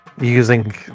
using